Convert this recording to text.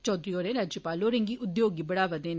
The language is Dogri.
चौघरी होरें राज्यपाल होरें गी उद्योगें गी बढ़ावा देने